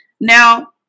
Now